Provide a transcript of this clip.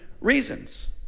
reasons